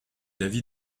l’avis